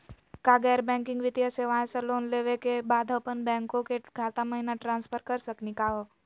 का गैर बैंकिंग वित्तीय सेवाएं स लोन लेवै के बाद अपन बैंको के खाता महिना ट्रांसफर कर सकनी का हो?